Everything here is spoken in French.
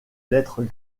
lettres